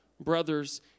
brothers